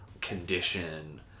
condition